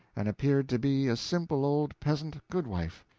and appeared to be a simple old peasant goodwife.